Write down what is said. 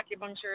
acupuncture